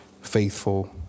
faithful